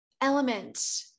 element